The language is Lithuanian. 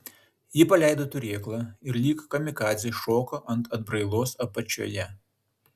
ji paleido turėklą ir lyg kamikadzė šoko ant atbrailos apačioje